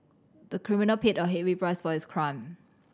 the criminal paid a heavy price for his crime